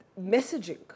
Messaging